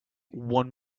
one